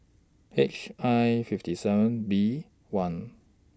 H I fifty seven B one